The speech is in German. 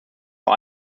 vor